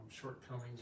Shortcomings